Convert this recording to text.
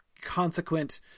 consequent